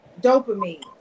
dopamine